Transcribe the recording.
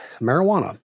marijuana